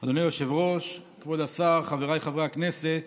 היושב-ראש, כבוד השר, חבריי חברי הכנסת,